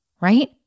Right